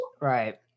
Right